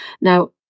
Now